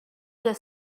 could